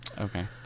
Okay